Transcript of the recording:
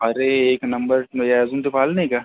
अरे एक नंबर म्हणजे अजून तू पाहिलं नाही का